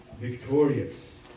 victorious